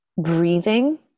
breathing